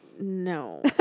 No